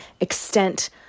extent